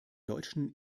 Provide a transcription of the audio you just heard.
deutschen